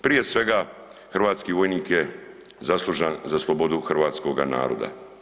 Prije svega, hrvatski vojnik je zaslužan za slobodu hrvatskoga naroda.